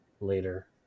later